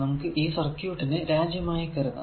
നമുക്ക് ഈ സർക്യൂട്ടിനെ രാജ്യമായി കരുതാം